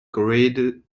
grande